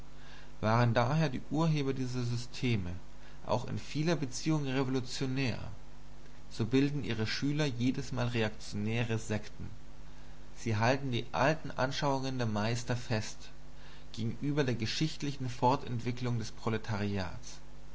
waren daher die urheber dieser systeme auch in vieler beziehung revolutionär so bilden ihre schüler jedesmal reaktionäre sekten sie halten die alten anschauungen der meister fest gegenüber der geschichtlichen fortentwicklung des proletariats